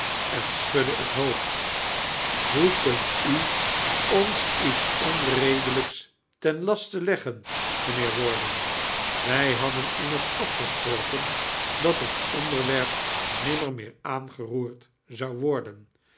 en sehudde het hoofd hoe kunt u ons iets onredelijks ten laste leggen mijniheer warden wij hadden imrners afgasfprokteoi dat het oriderwerp nimrner meer aahgeroerd zou wordien